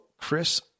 Chris